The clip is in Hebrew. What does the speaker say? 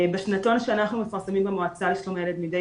בשנתון שאנחנו מפרסמים במועצה לשלום הילד מדי